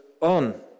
on